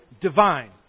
divine